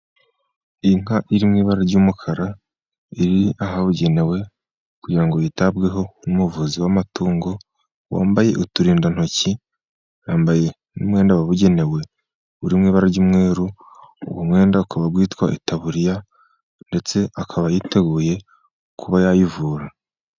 Inka iri mu ibara ry'umukara, iri ahabugenewe kugira ngo yitabweho n'umuvuzi w'amatungo wambaye uturindantoki ,yambaye n'umwenda wabugenewe uri mu ibara ry'umweru, uwo mwenda ukaba witwa itaburiya , ndetse akaba yiteguye kuba yayivura.